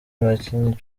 abakinnyi